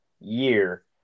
year